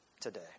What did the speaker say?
today